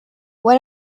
what